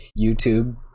youtube